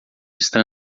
está